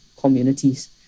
communities